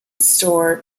store